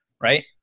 Right